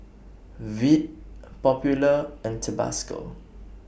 Veet Popular and Tabasco